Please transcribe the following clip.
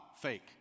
fake